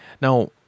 Now